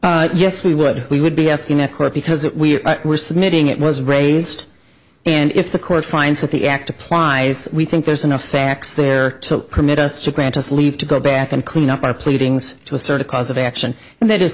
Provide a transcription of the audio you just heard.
will yes we would we would be asking a court because we were submitting it was raised and if the court finds that the act applies we think there's enough facts there to permit us to grant us leave to go back and clean up our pleadings to assert a cause of action and that is